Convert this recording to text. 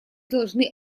должны